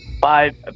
Five